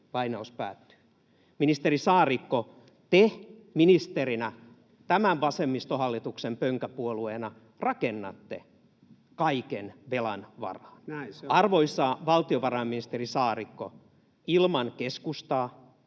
varaan. Ei voida.” Ministeri Saarikko, te ministerinä tämän vasemmistohallituksen pönkäpuolueena rakennatte kaiken velan varaan. Arvoisa valtiovarainministeri Saarikko, ilman keskustaa